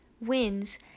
wins